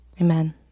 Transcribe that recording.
Amen